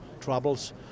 troubles